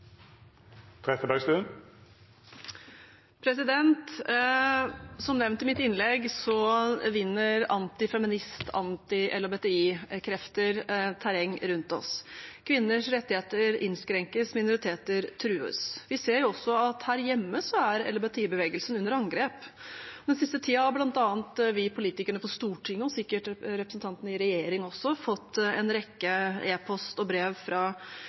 terreng rundt oss. Kvinners rettigheter innskrenkes – minoriteter trues. Vi ser også her hjemme at LHBTI-bevegelsen er under angrep. Den siste tiden har bl.a. vi politikere på Stortinget – sikkert representanter for regjeringen også – fått en rekke e-post og brev fra